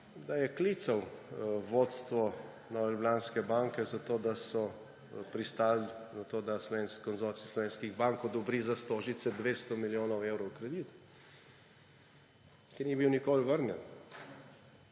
da je klical vodstvo Nove Ljubljanske banke zato, da so pristali na to, da konzorcij slovenskih bank odobri za Stožice 200 milijonov evrov kredita, ki ni bil nikoli vrnjen.